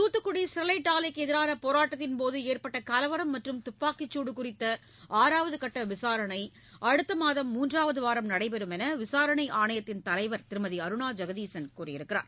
Thoothukudi Sterlite ஆலைக்கு எதிரான போராட்டத்தின் போது ஏற்பட்ட கலவரம் மற்றும் துப்பாக்கிச்சூடு குறித்த ஆறாவது கட்ட விசாரணை அடுத்த மாதம் மூன்றாவது வாரம் நடைபெறும் என விசாரணை ஆணையத்தின் தலைவர் திருமதி அருணா ஜெகதீசன் கூறியுள்ளார்